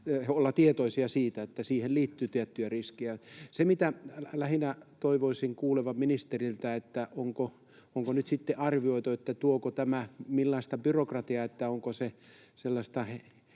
olla tietoisia siitä, että siihen liittyy tiettyjä riskejä. Se, mitä lähinnä toivoisin kuulevani ministeriltä, on, että onko nyt sitten arvioitu, tuoko tämä millaista byrokratiaa. Ovatko ne sellaisia